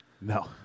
no